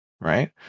right